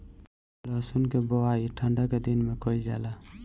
लहसुन के बोआई ठंढा के दिन में कइल जाला